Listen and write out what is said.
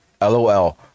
LOL